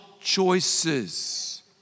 choices